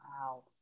Wow